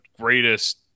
greatest